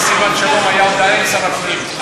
כאשר השר סילבן שלום היה עדיין שר הפנים.